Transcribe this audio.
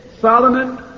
Solomon